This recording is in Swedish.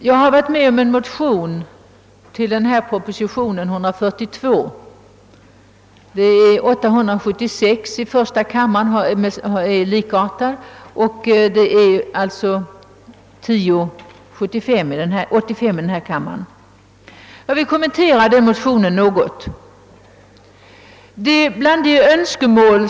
Herr talman! Jag vill något kommentera motionsparet I:876 och II: 1085, som jag varit med om att väcka i anslutning till proposition nr 142.